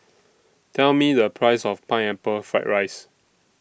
Tell Me The Price of Pineapple Fried Rice